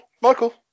Michael